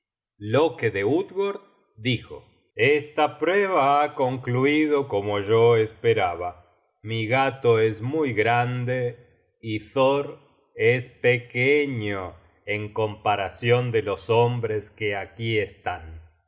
loke de utgord dijo esta prueba ha concluido como yo esperaba mi gato es muy grande y thor es pequeño en comparacion de los hombres que aquí están